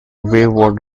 wayward